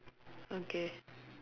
okay